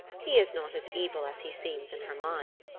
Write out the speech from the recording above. he is not as evil as he seems in her mind.